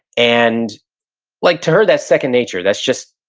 and like to her that's second nature, that's just,